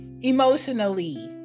Emotionally